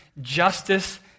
justice